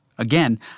Again